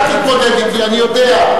אל תתמודד אתי, אני יודע.